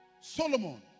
Solomon